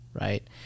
right